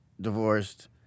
divorced